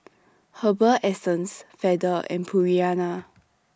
Herbal Essences Feather and Purina